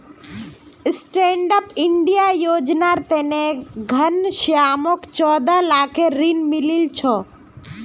stand up India योजनार तने घनश्यामक चौदह लाखेर ऋण मिलील छ